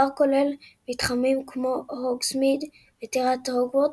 הפארק כולל מתחמים כמו הוגסמיד וטירת הוגוורטס,